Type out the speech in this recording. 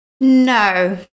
no